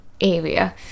area